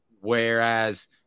whereas